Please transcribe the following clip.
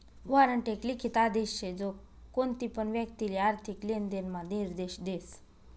warrant एक लिखित आदेश शे जो कोणतीपण व्यक्तिले आर्थिक लेनदेण म्हा निर्देश देस